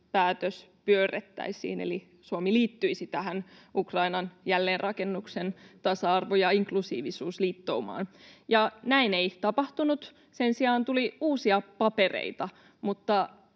päätös pyörrettäisiin eli Suomi liittyisi tähän Ukrainan jälleenrakennuksen tasa-arvo- ja inklusiivisuusliittoumaan. Näin ei tapahtunut. Sen sijaan tuli uusia papereita. Mutta